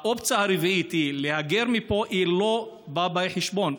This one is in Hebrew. האופציה הרביעית, להגר מפה, היא לא באה בחשבון.